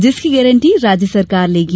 जिसकी गारंटी राज्य सरकार लेगी